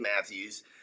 Matthews